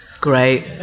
great